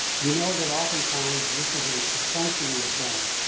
we know that oftentimes this is a perfunctory event,